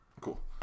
cool